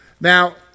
Now